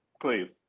Please